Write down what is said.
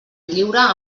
lliure